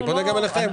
אני פונה גם אליכם.